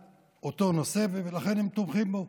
כולם ולכן הם תומכים בו.